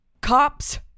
cops